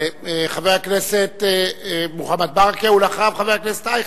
חבר הכנסת מוחמד ברכה, ואחריו, חבר הכנסת אייכלר.